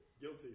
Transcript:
Guilty